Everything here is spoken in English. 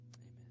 Amen